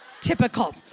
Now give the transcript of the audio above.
typical